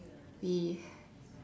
y~